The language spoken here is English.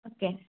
okay